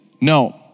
No